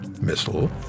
missile